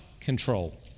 control